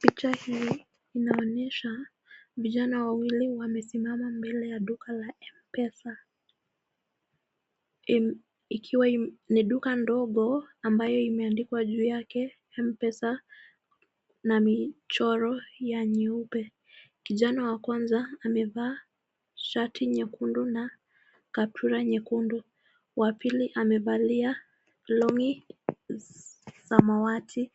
Picha hii inaonyesha vijana wawili wamesimama mbele ya duka la MPESA. Ikiwa ni duka ndogo ambayo imeandikwa juu yake MPESA na michoro ya nyeupe. Kijana wa kwanza amevaa shati nyekundu na kofia nyekundu. Wa pili amevalia longi samawati